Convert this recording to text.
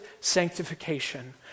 sanctification